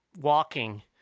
walking